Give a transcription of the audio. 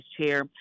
Chair